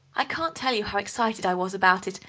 i can't tell you how excited i was about it,